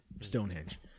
Stonehenge